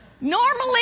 normally